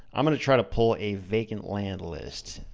i'm gonna try to pull a vacant land list.